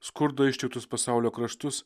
skurdo ištiktus pasaulio kraštus